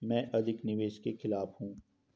मैं अधिक निवेश के खिलाफ हूँ